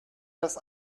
das